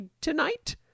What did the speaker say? tonight